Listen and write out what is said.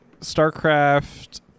Starcraft